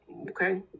Okay